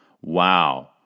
Wow